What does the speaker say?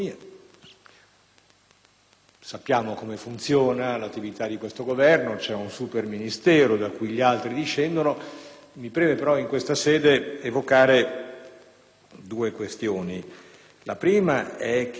Sappiamo come funziona l'attività di questo Governo, c'è un superministero da cui altri discendono; mi preme però, in questa sede, evocare due questioni. La prima è che